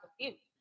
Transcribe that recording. confused